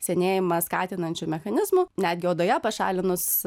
senėjimą skatinančių mechanizmų netgi odoje pašalinus